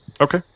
Okay